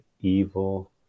evil